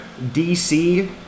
DC